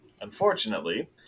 unfortunately